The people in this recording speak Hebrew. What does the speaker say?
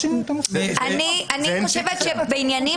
אני חושבת שבעניינים